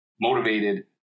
motivated